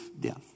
death